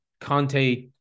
Conte